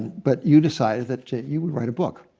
but you decided that you would write a book.